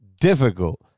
difficult